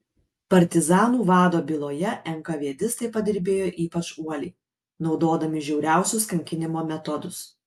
partizanų vado byloje enkavėdistai padirbėjo ypač uoliai naudodami žiauriausius kankinimo metodus